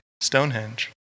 Stonehenge